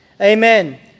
Amen